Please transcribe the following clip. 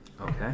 Okay